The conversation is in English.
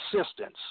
assistance